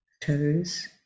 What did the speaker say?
toes